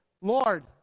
Lord